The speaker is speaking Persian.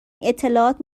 اطلاعات